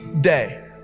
day